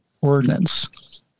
ordinance